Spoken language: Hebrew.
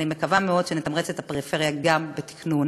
אני מקווה מאוד שנתמרץ את הפריפריה גם בתקנון